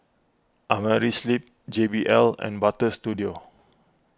Amerisleep J B L and Butter Studio